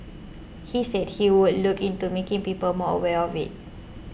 he said he would look into making people more aware of it